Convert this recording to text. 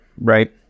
right